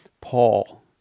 Paul